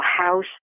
House